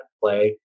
play